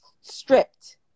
stripped